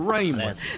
Raymond